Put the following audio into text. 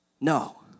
No